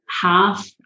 half